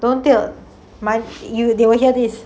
don't dio might you they will hear this